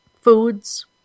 foods